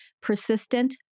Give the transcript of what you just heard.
persistent